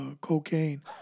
cocaine